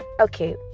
Okay